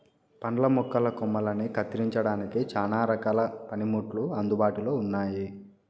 పండ్ల మొక్కల కొమ్మలని కత్తిరించడానికి చానా రకాల పనిముట్లు అందుబాటులో ఉన్నయి